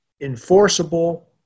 enforceable